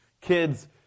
Kids